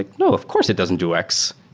like, no. of course, it doesn't do x.